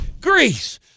Greece